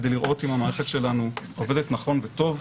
כדי לראות אם המערכת שלנו עובדת נכון וטוב.